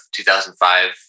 2005